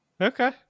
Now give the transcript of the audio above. Okay